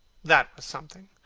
that was something.